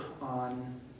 on